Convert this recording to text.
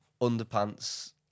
underpants